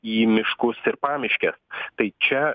į miškus ir pamiškės tai čia